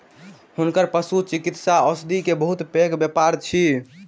हुनकर पशुचिकित्सा औषधि के बहुत पैघ व्यापार अछि